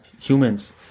humans